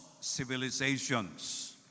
civilizations